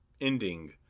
ending